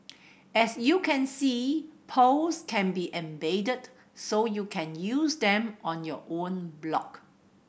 as you can see polls can be embedded so you can use them on your own blog